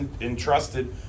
entrusted